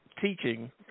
teaching